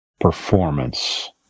performance